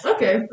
Okay